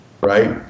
right